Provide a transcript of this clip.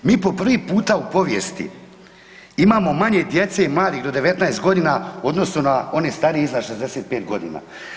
Mi po prvi puta u povijesti imamo manje djece i mladih do 19 godina u odnosu na one starije iznad 65 godina.